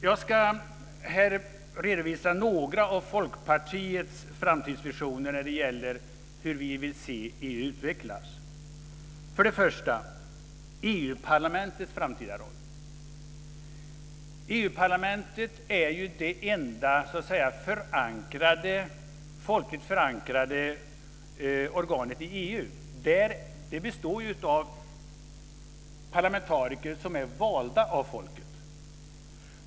Jag ska redovisa några av Folkpartiets framtidsvisioner när det gäller hur vi vill se EU utvecklas. Först och främst är det EU-parlamentets framtida roll. EU-parlamentet är det enda folkligt förankrade organet i EU. Det består av parlamentariker som är valda av folket.